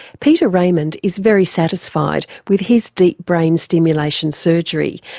peter raymond is very satisfied with his deep brain stimulation surgery,